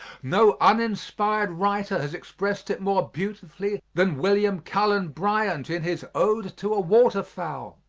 no uninspired writer has exprest it more beautifully than william cullen bryant in his ode to a waterfowl.